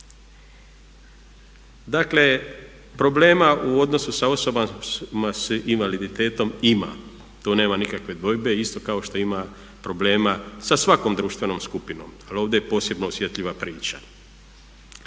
Dakle, problema u odnosu sa osobama s invaliditetom ima, to nema nikakve dvojbe isto kao što ima problema sa svakom društvenom skupinom ali ovdje je posebno osjetljiva priča.